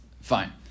fine